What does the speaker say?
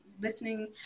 listening